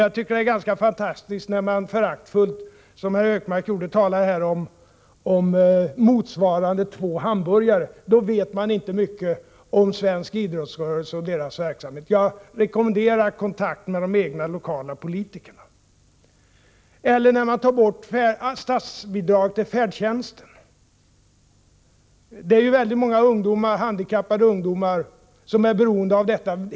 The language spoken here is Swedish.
Jag tycker att det är ganska fantastiskt när man, som Gunnar Hökmark här gjorde, talar föraktfullt om ”motsvarande två hamburgare”. Då vet man inte mycket om svensk idrottsrörelse och dess verksamhet. Jag rekommenderar kontakt med de egna lokala politikerna. Detsamma gäller borttagandet av statsbidraget till färdtjänsten. Väldigt många handikappade ungdomar är beroende av detta.